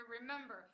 remember